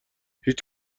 هیچ